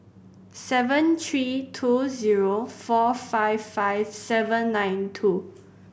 seven three two zero four five five seven nine two